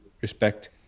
respect